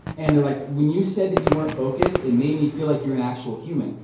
and they're like, when you said that you weren't focused, it made me feel like you're an actual human.